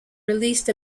released